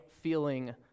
feeling